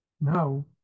Now